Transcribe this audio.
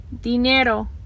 dinero